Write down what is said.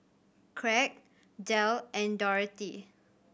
Kraig Del and Dorathy